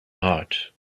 heart